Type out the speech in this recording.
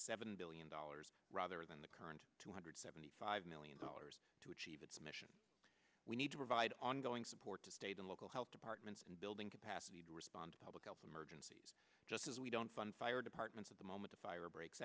seven billion dollars rather than the current two hundred seventy five million dollars to achieve its mission we need to provide ongoing support to state and local health departments and building capacity to respond public health emergencies just as we don't fund fire departments at the moment the fire breaks